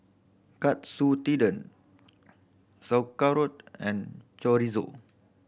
Katsu Tendon Sauerkraut and Chorizo